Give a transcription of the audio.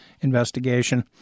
investigation